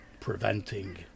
preventing